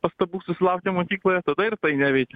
pastabų susilaukia mokykloje tada ir tai neveikia